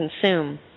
consume